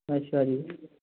ਅੱਛਾ ਜੀ